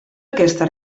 aquesta